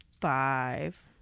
Five